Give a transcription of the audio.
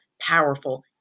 powerful